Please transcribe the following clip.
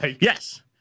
yes